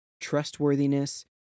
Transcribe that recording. trustworthiness